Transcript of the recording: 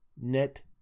net